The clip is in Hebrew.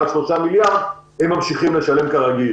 ה-3 מיליארד הם ממשיכים לשלם כרגיל.